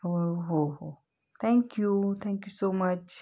हो हो हो थँक्यू थँक्यू सो मच